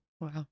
Wow